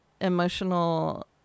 emotional